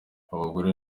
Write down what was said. abagore